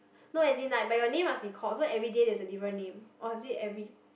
no as in like but your name must be called so everyday there's a different name or is it every